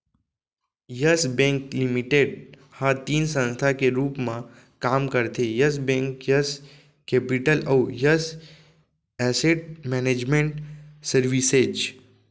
yes Bank Limited ह तीन संस्था के रूप म काम करथे यस बेंक, यस केपिटल अउ यस एसेट मैनेजमेंट सरविसेज